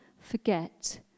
forget